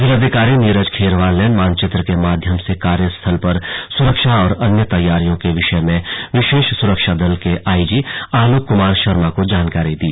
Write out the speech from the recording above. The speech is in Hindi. जिलाधिकारी नीरज खैरवाल ने मानचित्र के माध्यम से कार्यक्रम स्थल पर सुरक्षा और अन्य तैयारियों के विषय में विशेष सुरक्षा दल के आईजी आलोक कुमार शर्मा को जानकारी दी